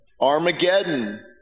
Armageddon